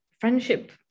Friendship